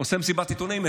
עושה מסיבת עיתונאים.